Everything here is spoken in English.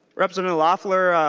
representative loeffler